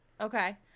Okay